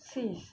sis